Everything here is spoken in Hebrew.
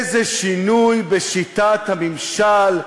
איזה שינוי בשיטת הממשל,